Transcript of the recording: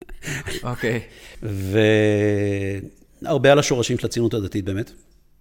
אוקיי, והרבה על השורשים של הצינות הדתית באמת.